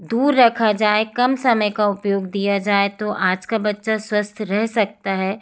दूर रखा जाए कम समय का उपयोग दिया जाए तो आज का बच्चा स्वस्थ रह सकता है